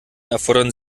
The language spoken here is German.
erfordern